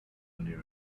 only